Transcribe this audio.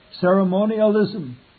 ceremonialism